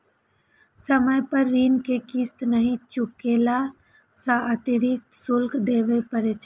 समय पर ऋण के किस्त नहि चुकेला सं अतिरिक्त शुल्क देबय पड़ै छै